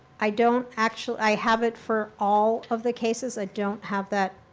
i don't actually, i have it for all of the cases. i don't have that